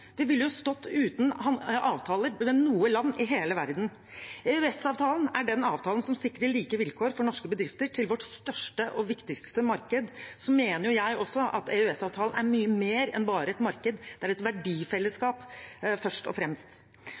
ville ikke hatt avtaler mellom noen land i hele verden. EØS-avtalen er den avtalen som sikrer like vilkår for norske bedrifter på vårt største og viktigste marked. Jeg mener også at EØS-avtalen er mye mer enn bare et marked. Det er først og fremst